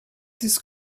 this